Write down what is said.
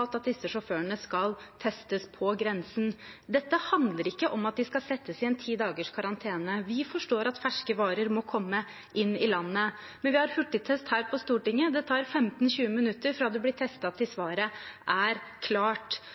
at disse sjåførene skal testes på grensen. Dette handler ikke om at de skal settes i en ti dagers karantene. Vi forstår at ferske varer må komme inn i landet. Men vi har hurtigtest her på Stortinget. Det tar 15–20 minutter fra man blir testet til svaret er klart.